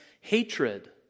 hatred